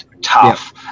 tough